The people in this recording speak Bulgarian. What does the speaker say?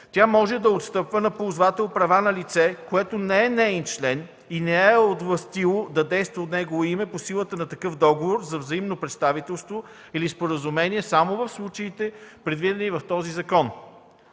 Тя може да отстъпва на ползвател права на лице, което не е неин член и не я е овластило да действа от негово име по силата на такъв договор за взаимно представителство или споразумение само в случаите, предвидени в този закон.